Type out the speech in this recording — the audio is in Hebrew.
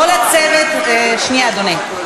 כל הצוות, שנייה, אדוני.